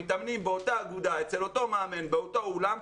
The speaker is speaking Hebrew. מתאמנים באותה אגודה אצל אותו מאמן באותו אולם.